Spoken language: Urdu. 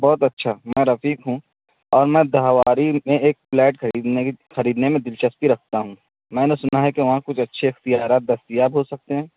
بہت اچھا میں رفیق ہوں اور میں گہواری میں ایک فلیٹ خریدنے خریدنے میں دلچسپی رکھتا ہوں میں نے سنا ہے کہ وہاں کچھ اچھے اختیارات دستیاب ہو سکتے ہیں